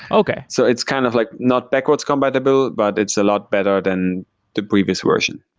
okay. so it's kind of like not backwards compatible, but it's a lot better than the previous version.